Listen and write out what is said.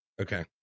Okay